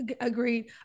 agreed